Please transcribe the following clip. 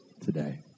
today